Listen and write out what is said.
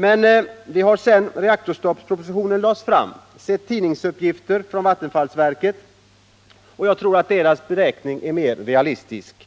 Men vi har sedan reaktorstoppspropositionen lades fram sett tidningsuppgifter från vattenfallsverket, och jag tror att de beräkningarna är mer realistiska.